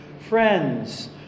Friends